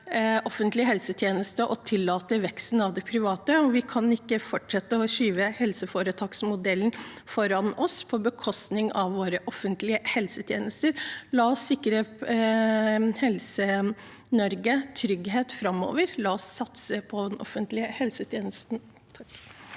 offentlig helsetjeneste og tillate veksten av det private, og vi kan ikke fortsette å skyve helseforetaksmodellen foran oss på bekostning av våre offentlige helsetjenester. La oss sikre Helse-Norge trygghet framover. La oss satse på den offentlige helsetjenesten.